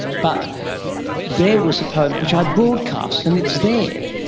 but there was the poem, which i broadcast, and it's there.